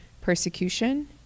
persecution